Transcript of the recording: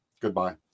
Goodbye